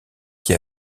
qui